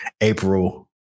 April